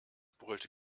brüllte